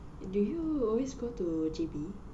do you always go to J_B